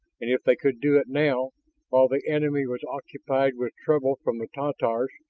and if they could do it now while the enemy was occupied with trouble from the tatars,